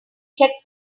check